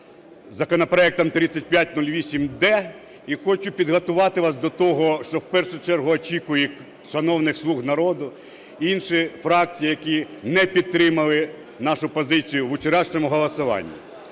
законопроект 3508-д. І хочу підготувати вас до того, що в першу чергу очікує шановних "слуг народу", інші фракції, які не підтримали нашу позицію у вчорашньому голосуванні.